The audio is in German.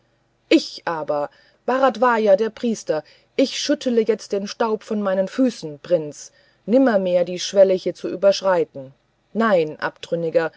ich aber bharadvaja der priester ich schüttle jetzt den staub von meinen füßen prinz nimmermehr die schwelle hier zu überschreiten nein abtrünniger